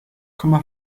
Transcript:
komma